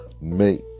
make